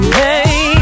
hey